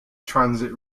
transit